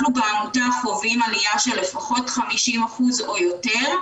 אנחנו בעמותה חווים עליה של לפחות 50% או יותר